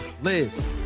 Liz